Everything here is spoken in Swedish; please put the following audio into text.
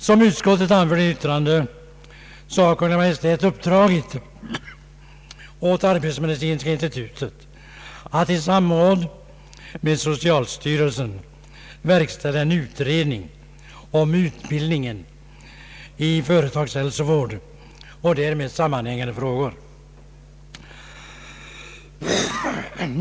Som utskottet anför i sitt yttrande har Kungl. Maj:t uppdragit åt Arbetsmedicinska institutet att i samråd med socialstyrelsen verkställa utredning om utbildningen i företagshälsovård och därmed sammanhängande frågor.